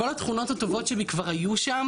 כל התכונות הטובות שבי כבר היו שם.